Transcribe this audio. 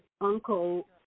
uncle